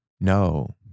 No